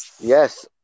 yes